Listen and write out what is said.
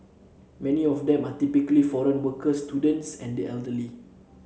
many of them are typically foreign workers students and the elderly